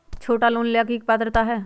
छोटा लोन ला की पात्रता है?